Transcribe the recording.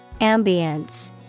Ambience